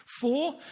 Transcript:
Four